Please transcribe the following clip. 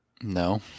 No